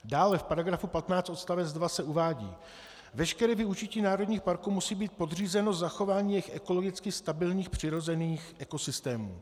Dále v § 15 odst. 2 se uvádí: Veškeré využití národních parků musí být podřízeno zachování jejich ekologicky stabilních přirozených ekosystémů.